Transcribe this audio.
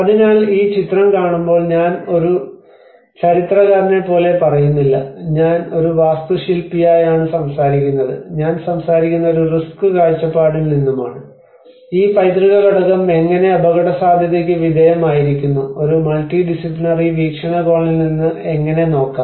അതിനാൽ ഈ ചിത്രം കാണുമ്പോൾ ഞാൻ ഒരു ചരിത്രകാരനെ പോലെ പറയുന്നില്ല ഞാൻ ഒരു വാസ്തുശില്പിയായി ആണ് സംസാരിക്കുന്നത് ഞാൻ സംസാരിക്കുന്നത് ഒരു റിസ്ക് കാഴ്ചപ്പാടിൽ നിന്നുമാണ് ഈ പൈതൃക ഘടകം എങ്ങനെ അപകടസാധ്യതയ്ക്ക് വിധേയമായിരിക്കുന്നു ഒരു മൾട്ടി ഡിസിപ്ലിനറി വീക്ഷണകോണിൽ നിന്ന് എങ്ങനെ നോക്കാം